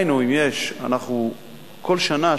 בכל שנה,